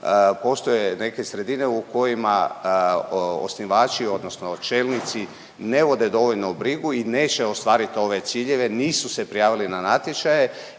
postoje neke sredine u kojima osnivački odnosno čelnici ne vode dovoljno brigu i neće ostvariti ove ciljeve. Nisu se prijavili na natječaje